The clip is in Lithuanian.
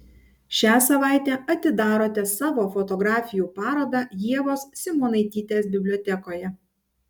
šią savaitę atidarote savo fotografijų parodą ievos simonaitytės bibliotekoje